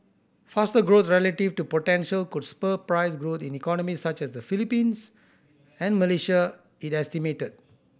faster growth relative to potential could spur price growth in economies such as the Philippines and Malaysia it estimated